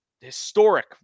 historic